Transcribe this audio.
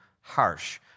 harsh